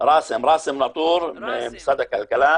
ראסם נאטור ממשרד הכלכלה,